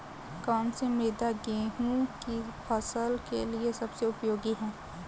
कौन सी मृदा गेहूँ की फसल के लिए सबसे उपयोगी है?